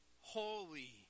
holy